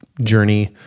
journey